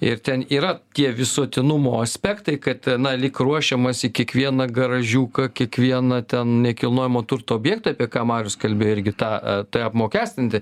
ir ten yra tie visuotinumo aspektai kad na lyg ruošiamasi kiekvieną garažiuką kiekvieną ten nekilnojamo turto objektą apie ką marius kalbėjo irgi tą apmokestinti